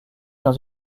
dans